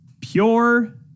pure